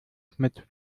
mit